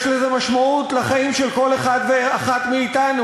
יש לזה משמעות לחיים של כל אחד ואחת מאתנו,